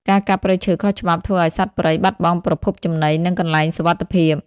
ការកាប់ព្រៃឈើខុសច្បាប់ធ្វើឱ្យសត្វព្រៃបាត់បង់ប្រភពចំណី និងកន្លែងសុវត្ថិភាព។